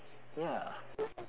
ya